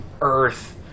earth